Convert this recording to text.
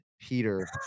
Peter